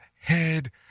head